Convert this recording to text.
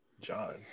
john